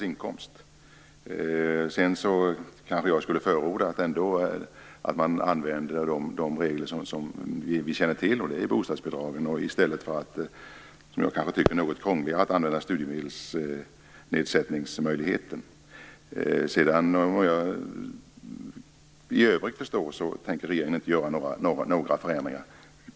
Sedan kanske jag ändå skulle förorda att man använder de regler som vi känner till - reglerna för bostadsbidragen - i stället för att, som jag tycker är något krångligare, använda möjligheten till studiemedelsnedsättning. Vad jag förstår tänker inte regeringen göra några förändringar i övrigt.